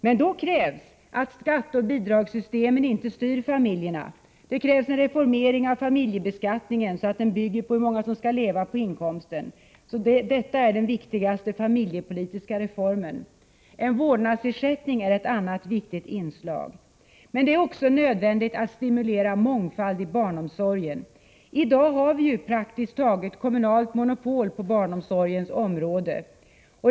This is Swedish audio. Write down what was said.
Men då krävs att skatteoch bidragssystemen inte styr familjerna. Det krävs en reformering av familjebeskattningen så att den bygger på hur många som skall leva på inkomsten. Det är den viktigaste familjepolitiska reformen. En vårdnadsersättning är ett annat viktigt inslag. Det är också nödvändigt att stimulera mångfald i barnomsorgen. I dag har vi praktiskt taget kommunalt monopol på barnomsorgens område.